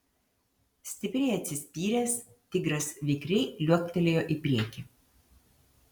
stipriai atsispyręs tigras vikriai liuoktelėjo į priekį